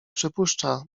przypuszcza